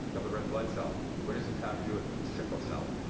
of the red blood cell. what does this have to do with sickle cell?